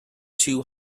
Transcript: too